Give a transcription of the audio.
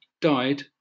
died